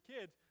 kids